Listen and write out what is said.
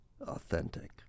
authentic